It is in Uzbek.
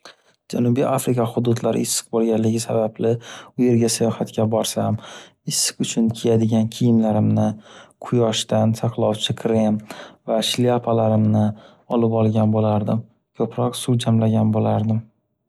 Janubiy Afrika hududlari issiq bo’lganligi sababli u yerga sayohatga borsam issiq uchun kiyadigan kiyimlarimni, quyoshdan saqlovchi krem va shlyapalarimni olib olgan bo’lardim. Ko’proq suv jamlagan bo’lardim.